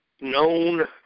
known